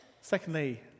Secondly